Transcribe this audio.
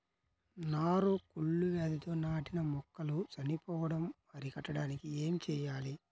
నారు కుళ్ళు వ్యాధితో నాటిన మొక్కలు చనిపోవడం అరికట్టడానికి ఏమి చేయాలి?